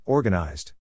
Organized